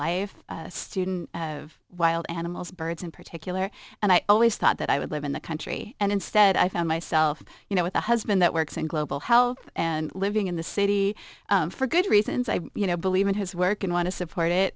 life studen of wild animals birds in particular and i always thought that i would live in the country and instead i found myself you know with a husband that works in global health and living in the city for good reasons i you know believe in his work and want to support it